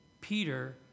Peter